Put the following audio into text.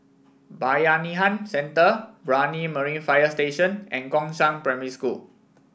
Bayanihan Centre Brani Marine Fire Station and Gongshang Primary School